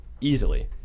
easily